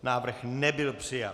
Návrh nebyl přijat.